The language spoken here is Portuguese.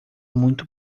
muito